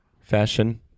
fashion